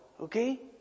Okay